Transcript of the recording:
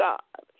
God